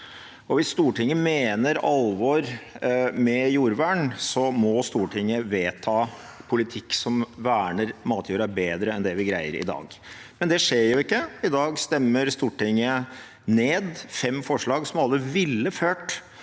Hvis Stortinget mener alvor med jordvern, må Stortinget vedta politikk som verner matjorden bedre enn det vi greier i dag – men det skjer jo ikke. I dag stemmer Stortinget ned fem forslag som alle ville ført